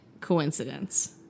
coincidence